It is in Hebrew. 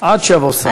עד שיבוא שר.